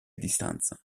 distanza